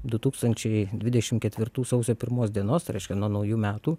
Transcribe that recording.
du tūkstančiai dvidešim ketvirtų sausio pirmos dienos reiškia nuo naujų metų